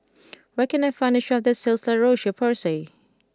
where can I find a shop that sells La Roche Porsay